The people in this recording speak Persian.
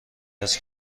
است